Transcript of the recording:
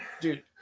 dude